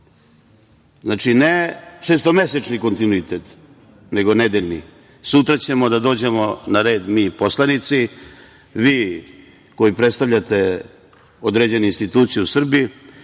ne šestomesečni kontinuitet, nego nedeljni. Sutra ćemo da dođemo na red mi poslanici, vi koji predstavljate određene institucije u Srbiji. Možda